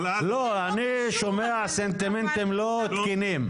אני שומע סנטימנטים לא תקינים.